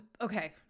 okay